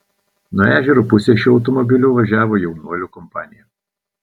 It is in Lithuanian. nuo ežero pusės šiuo automobiliu važiavo jaunuolių kompanija